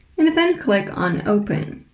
and then click on open.